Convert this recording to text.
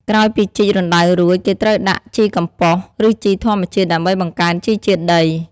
ក្រោយពីជីករណ្ដៅរួច គេត្រូវដាក់ជីកំប៉ុស្ត ឬជីធម្មជាតិ ដើម្បីបង្កើនជីជាតិដី។